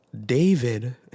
David